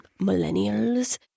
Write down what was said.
millennials